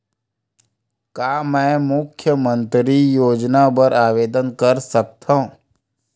का मैं मुख्यमंतरी योजना बर आवेदन कर सकथव?